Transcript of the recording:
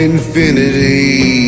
infinity